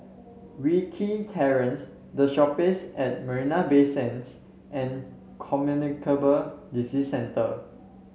Wilkie Terrace The Shoppes at Marina Bay Sands and Communicable Disease Centre